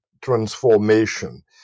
transformation